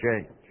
change